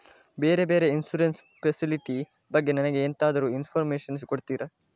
ಬೇರೆ ಬೇರೆ insurance facility ಬಗ್ಗೆ ನನಗೆ ಎಂತಾದ್ರೂ ಇನ್ಫೋರ್ಮೇಷನ್ ಕೊಡ್ತೀರಾ?